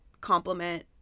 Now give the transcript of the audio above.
compliment